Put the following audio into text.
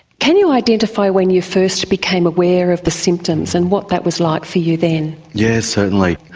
can you identify when you first became aware of the symptoms and what that was like for you then? yes, certainly.